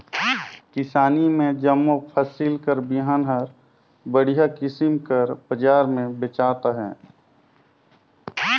किसानी में जम्मो फसिल कर बीहन हर बड़िहा किसिम कर बजार में बेंचात अहे